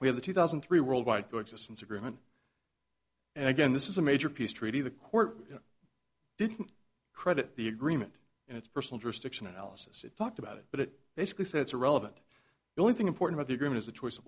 we have the two thousand and three world wide two existence agreement and again this is a major peace treaty the court didn't credit the agreement and it's personal jurisdiction analysis it talked about it but it basically said it's irrelevant the only thing important to the agreement is a choice of